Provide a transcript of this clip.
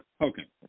Okay